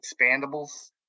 expandables